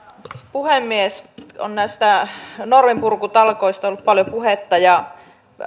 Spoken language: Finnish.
puhemies on näistä norminpurkutalkoista ollut paljon puhetta ja